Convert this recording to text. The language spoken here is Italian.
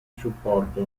supporto